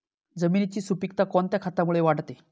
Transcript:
जमिनीची सुपिकता कोणत्या खतामुळे वाढते?